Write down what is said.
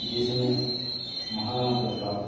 जिसमें महाराणा प्रताप